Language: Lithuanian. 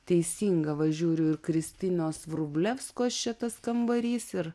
teisinga va žiūriu ir kristinos vrublevskos čia tas kambarys ir